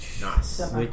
nice